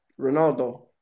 Ronaldo